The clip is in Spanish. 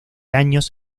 años